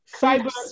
cyber